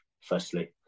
firstly